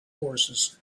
horses